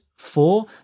Four